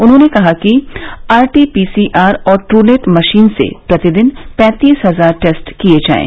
उन्होंने कहा कि आरटीपीसीआर और ट्रनेट मशीन से प्रतिदिन पैंतीस हजार टेस्ट किए जाएं